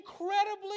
Incredibly